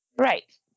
Right